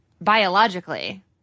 biologically